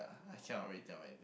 ah I cannot really tell anything